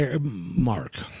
Mark